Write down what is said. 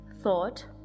thought